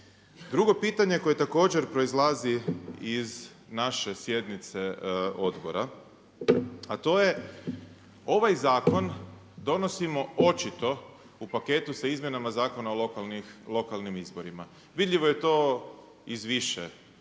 Drugo pitanje koje također proizlazi iz naše sjednice odbora a to je ovaj zakon donosimo očito u paketu s izmjenama Zakona o lokalnim izborima. Vidljivo je to iz više aspekata